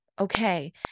okay